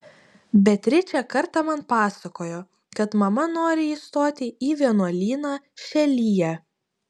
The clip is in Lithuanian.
beatričė kartą man pasakojo kad mama nori įstoti į vienuolyną šelyje